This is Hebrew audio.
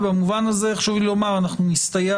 ובמובן הזה הרשו לי לומר אנחנו נסתייע